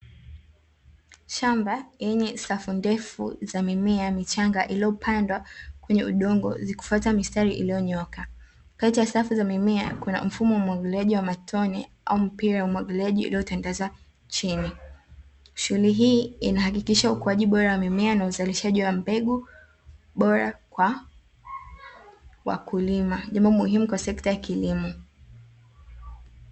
Shamba lenye safu ndefu za mimea michanga iliyopandwa kwenye udongo zikifuata mistari iliyonyooka. Katika safu za mimea kuna mfumo wa umwagiliaji wa matone au mpira wa mwagiliaji uliotandazwa chini. Shughuli hii inahakikisha ukuaji bora wa mimea na uzalishaji wa mbegu bora kwa wakulima, jambo muhimu kwa sekta ya kilimo.